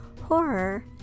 horror